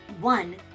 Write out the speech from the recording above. One